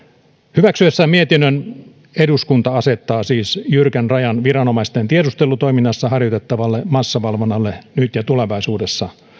hyväksyessään mietinnön eduskunta asettaa siis jyrkän rajan viranomaisten tiedustelutoiminnassa harjoitettavalle massavalvonnalle nyt ja tulevaisuudessa